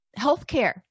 healthcare